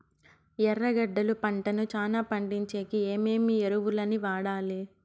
ఎర్రగడ్డలు పంటను చానా పండించేకి ఏమేమి ఎరువులని వాడాలి?